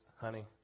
honey